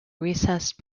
recessed